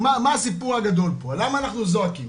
מה הסיפור הגדול פה, למה אנחנו זועקים?